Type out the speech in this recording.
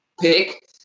pick